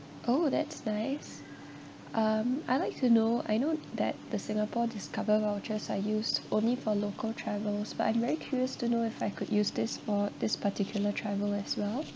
oh that's nice um I'd like to know I know that the singapore discover vouchers are used only for local travels but I'm very curious to know if I could use this for this particular travel as well